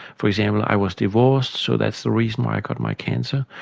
for example, i was divorced, so that's the reason why i got my cancer',